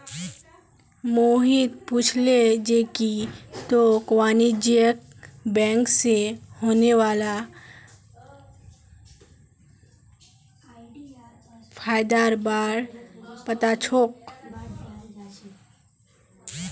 मोहित पूछले जे की तोक वाणिज्यिक बैंक स होने वाला फयदार बार पता छोक